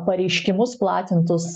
pareiškimus platintus